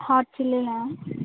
హార్సెలియా